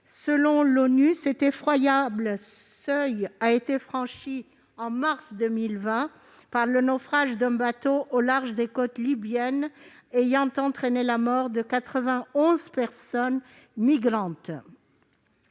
depuis 2014. Cet effroyable seuil a été franchi en mars 2020, le naufrage d'un bateau au large des côtes libyennes ayant entraîné la mort de 91 personnes migrantes.